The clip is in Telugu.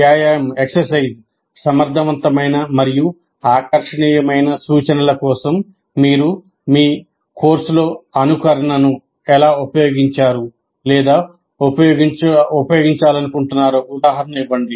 వ్యాయామం సమర్థవంతమైన మరియు ఆకర్షణీయమైన సూచనల కోసం మీరు మీ కోర్సులో అనుకరణను ఎలా ఉపయోగించారు లేదా ఉపయోగించాలనుకుంటున్నారో ఉదాహరణ ఇవ్వండి